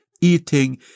eating